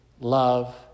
love